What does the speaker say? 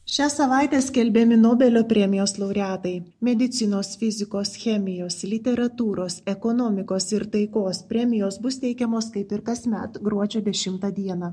šią savaitę skelbiami nobelio premijos laureatai medicinos fizikos chemijos literatūros ekonomikos ir taikos premijos bus teikiamos kaip ir kasmet gruodžio dešimtą dieną